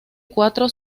cuatro